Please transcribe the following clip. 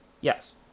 Yes